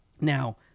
Now